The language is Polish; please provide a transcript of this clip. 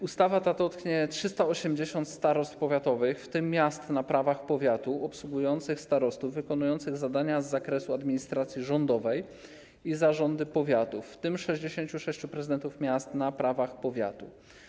Ustawa ta dotknie 380 starostw powiatowych, w tym miast na prawach powiatu obsługujących starostów wykonujących zadania z zakresu administracji rządowej i zarządy powiatów, w tym 66 prezydentów miast na prawach powiatu.